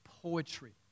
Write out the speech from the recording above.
poetry